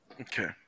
Okay